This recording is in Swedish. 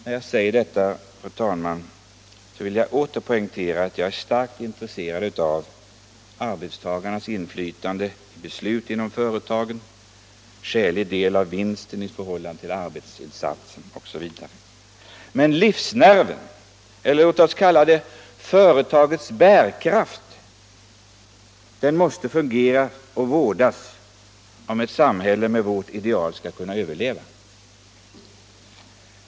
När jag säger detta, fru talman, vill jag åter poängtera att jag är starkt intresserad av arbetstagarnas inflytande i beslut inom företagen, skälig del av vinsten i förhållande till arbetsinsatsen osv. Men livsnerven — eller låt oss kalla det företagets bärkraft — måste fungera och vårdas om ett samhälle med våra ideal skall överleva.